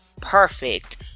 perfect